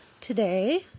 today